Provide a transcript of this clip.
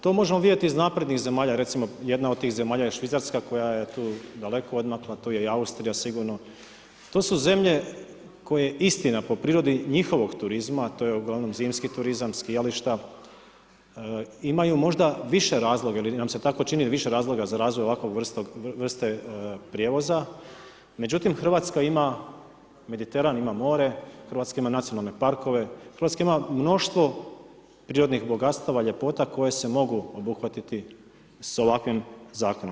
To možemo vidjeti iz naprednih zemalja, recimo jedna od tih zemalja je Švicarska koja je tu daleko odmakla, tu je i Austrija, sigurno, tu su zemlje, koje po istina, po prirodi, njihovog turizma, to je ugl. zimski turizam, skijališta, imaju možda više razloga, ili nam se tako čini, više razloga za razvoj ovakve vrste prijevoza, međutim, Hrvatska ima, Mediteran ima more, Hrvatska ima nacionalne parkove, Hrvatska ima mnoštvo prirodnih bogatstava, ljepota koja se mogu obuhvatit s ovakvim zakonom.